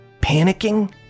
panicking